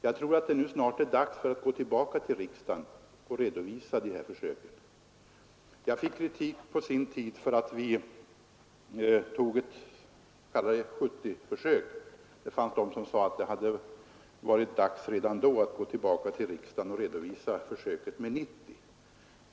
Jag tror att det snart är dags att gå tillbaka till riksdagen och redovisa dessa försök. Jag fick på sin tid kritik för att vi tog ett 70-försök. Det fanns sådana som menade att det hade varit dags redan då att gå tillbaka till riksdagen och redovisa försöket med 90 km/tim.